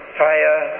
fire